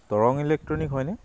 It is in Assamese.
দৰং ইলেক্ট্ৰনিক হয়নে